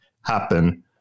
happen